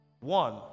One